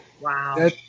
Wow